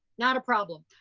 not a problem,